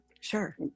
sure